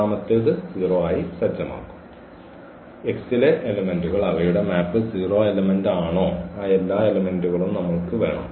മൂന്നാമത്തേത് 0 ആയി സജ്ജമാക്കും X ലെ എലമെന്റ്കൾ അവയുടെ മാപ്പ് 0 എലമെന്റ് ആണോ ആ എല്ലാ എലമെന്റ്കളും നമ്മൾക്ക് വേണം